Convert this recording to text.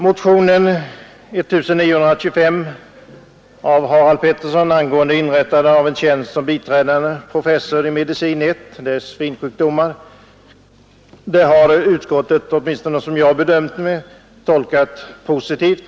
Motionen 1925 av herr Pettersson i Kvänum angående inrättande av en tjänst som biträdande professor i Med I — dvs. svinsjukdomar — har utskottet, åtminstone enligt min bedömning, tolkat positivt.